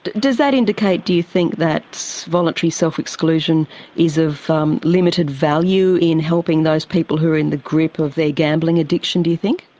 does that indicate, do you think, that so voluntary self-exclusion is of um limited value in helping those people who are in the grip of their gambling addiction, do you think?